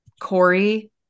Corey